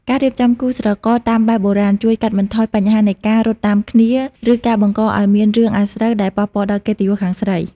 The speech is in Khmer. ការរៀបចំគូស្រករតាមបែបបុរាណ ជួយកាត់បន្ថយបញ្ហានៃការ "រត់តាមគ្នា" ឬការបង្កឱ្យមានរឿងអាស្រូវដែលប៉ះពាល់ដល់កិត្តិយសខាងស្រី។